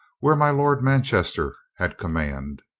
where my lord manchester had command.